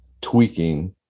tweaking